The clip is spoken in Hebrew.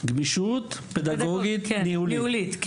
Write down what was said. גמישות פדגוגית ניהולית.